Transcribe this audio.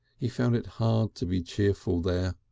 he found it hard to be cheerful there.